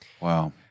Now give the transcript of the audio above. Wow